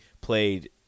played –